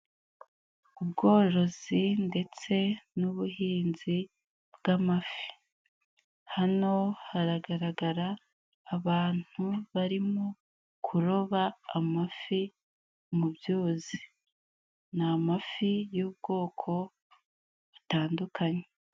Ubworozi ndetse n'ubuhinzi bw'amafi, hano haragaragara abantu barimo kuroba amafi mu byuzi, n'amafi y'ubwoko butandukanye.